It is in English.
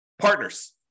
Partners